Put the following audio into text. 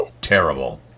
terrible